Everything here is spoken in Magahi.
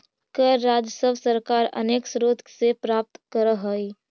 कर राजस्व सरकार अनेक स्रोत से प्राप्त करऽ हई